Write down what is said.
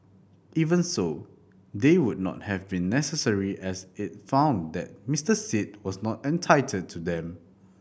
even so they would not have been necessary as it found that Mister Sit was not entitled to them